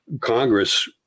Congress